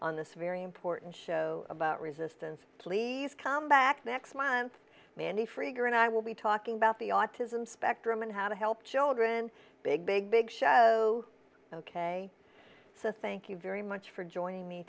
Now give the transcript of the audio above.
on this very important show about resistance please come back next month mindy frager and i will be talking about the autism spectrum and how to help children big big big show ok so thank you very much for joining me